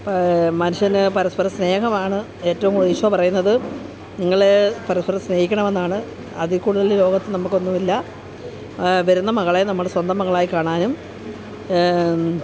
മനുഷ്യന് പരസ്പരം സ്നേഹമാണ് ഏറ്റവും കൂടുതൽ ഈശോ പറയുന്നത് നിങ്ങൾ പരസ്പരം സ്നേഹിക്കണമെന്നാണ് അതിൽ കൂടുതൽ ലോകത്ത് നമുക്ക് ഒന്നുമില്ല വരുന്ന മകളെ നമ്മൾ സ്വന്തം മകളായി കാണാനും